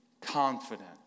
confident